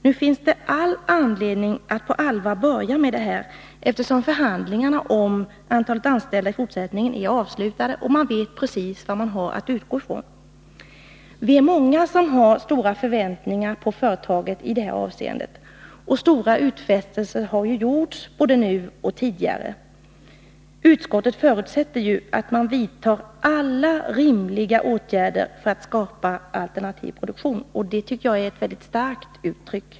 Nu finns det all anledning att på allvar börja med detta, eftersom förhandlingar om antalet anställda i fortsättningen är avslutade och man vet precis vad man har att utgå från. Vi är många som har stora förväntningar på företaget i detta avseende. Stora utfästelser har ju gjorts både nu och tidigare. Utskottet förutsätter att man vidtar alla rimliga åtgärder för att skapa alternativ produktion. Det tycker jag är ett mycket starkt uttryck.